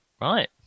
Right